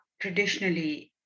traditionally